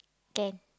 can